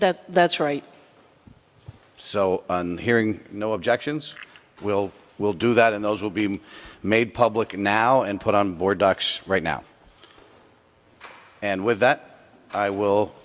that that's right so hearing no objections will we'll do that and those will be made public now and put on board ducks right now and with that i will